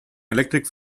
electric